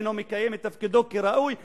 אינו מקיים את תפקידו כראוי וכו'